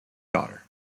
daughter